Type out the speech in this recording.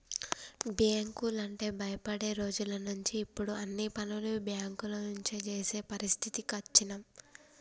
బ్యేంకులంటే భయపడే రోజులనుంచి ఇప్పుడు అన్ని పనులు బ్యేంకుల నుంచే జేసే పరిస్థితికి అచ్చినం